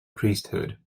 priesthood